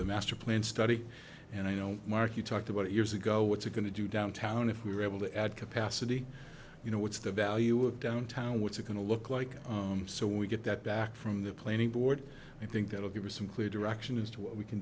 the master plan study and i know mark you talked about years ago what's it going to do downtown if we're able to add capacity you know what's the value of downtown what's it going to look like so we get that back from the planning board i think that will give us some clear direction as to what we can